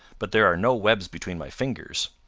but there are no webs between my fingers.